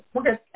Okay